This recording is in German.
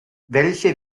welche